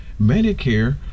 Medicare